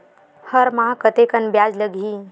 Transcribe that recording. हर माह कतेकन ब्याज लगही?